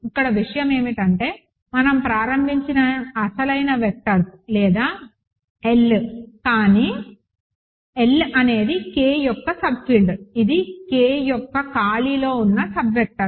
ఇక్కడ విషయం ఏమిటంటే మనం ప్రారంభించిన అసలైన వెక్టర్స్ లేదా L కానీ L అనేది K యొక్క సబ్ఫీల్డ్ ఇది K యొక్క ఖాళీలో ఉన్న సబ్ వెక్టర్స్